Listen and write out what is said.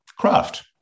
craft